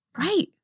right